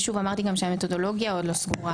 ושוב אמרתי גם שהמתודולוגיה עוד לא סגורה,